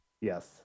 Yes